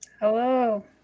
Hello